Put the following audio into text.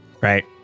right